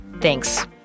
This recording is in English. thanks